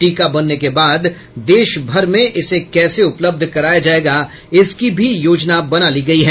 टीका बनने के बाद देश भर में इसे कैसे उपलब्ध कराया जायेगा इसकी भी योजना बना ली गई है